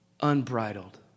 unbridled